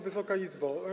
Wysoka Izbo!